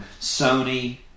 Sony